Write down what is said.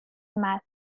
math